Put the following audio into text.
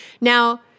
Now